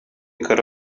кыра